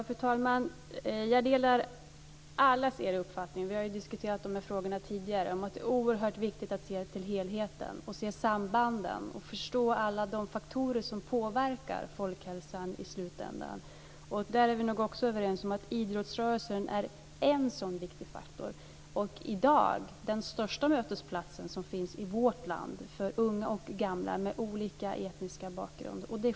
Fru talman! Jag delar allas er uppfattning. Vi har ju diskuterat de här frågorna tidigare. Det är oerhört viktigt att se till helheten, att se sambanden och förstå alla de faktorer som påverkar folkhälsan i slutändan. Där är vi nog också överens om att idrottsrörelsen är en sådan viktig faktor och i dag den största mötesplatsen som finns i vårt land för unga och gamla med olika etnisk bakgrund.